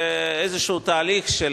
באיזה תהליך של